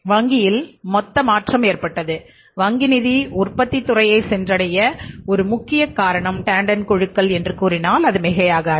வங்கியில் மொத்த மாற்றம் ஏற்பட்டது வங்கி நிதி உற்பத்தித் துறையை சென்றடைய ஒரு முக்கிய கரணம் டேண்டன் குழுக்கள் என்று கூறினால் மிகையாகாது